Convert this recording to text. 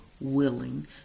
willing